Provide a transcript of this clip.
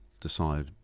decide